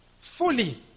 fully